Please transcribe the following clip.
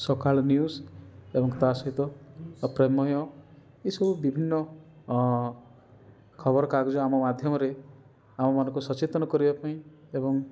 ସକାଳ ନ୍ୟୁଜ୍ ଏବଂ ତା ସହିତ ପ୍ରମେୟ ଏସବୁ ବିଭିନ୍ନ ଖବରକାଗଜ ଆମ ମାଧ୍ୟମରେ ଆମମାନଙ୍କୁ ସଚେତନ କରେଇବା ପାଇଁ ଏବଂ